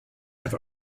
have